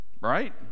Right